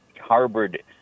harbored